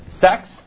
Sex